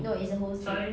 no it's a wholesale